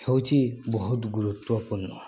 ହେଉଛି ବହୁତ ଗୁରୁତ୍ୱପୂର୍ଣ୍ଣ